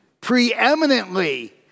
preeminently